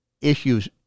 issues